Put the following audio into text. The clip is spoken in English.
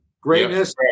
greatness